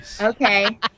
Okay